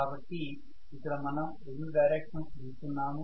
కాబట్టే ఇక్కడ మనం రెండు డైరెక్షన్స్ గీస్తున్నాము